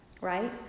Right